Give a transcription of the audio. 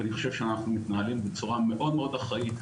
ואני חושב שאנחנו מתנהלים בצורה מאוד אחראית.